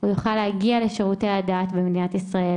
יוכל להגיע לשירותי הדת במדינת ישראל,